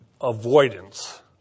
avoidance